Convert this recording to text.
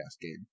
game